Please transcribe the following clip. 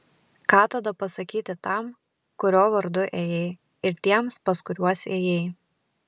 ką tada pasakyti tam kurio vardu ėjai ir tiems pas kuriuos ėjai